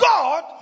God